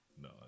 no